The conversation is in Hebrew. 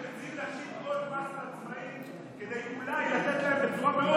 אתם מציעים להשית עוד מס על עצמאים כדי אולי לתת להם בצורה מאוד